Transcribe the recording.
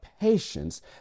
patience